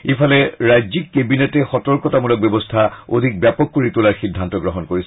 ইফালে ৰাজ্যিক কেবিনেটে সতৰ্কতামূলক ব্যৱস্থা অধিক ব্যাপক কৰি তোলাৰ সিদ্ধান্ত গ্ৰহণ কৰিছে